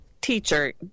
teacher